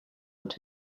wird